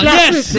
yes